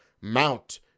mount